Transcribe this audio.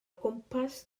gwmpas